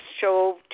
show